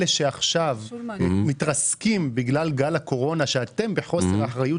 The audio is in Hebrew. אלה שעכשיו מתרסקים בגלל גל הקורונה שאתם בחוסר אחריות